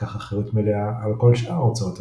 קח אחריות מלאה על כל שאר הוצאות הפרסום.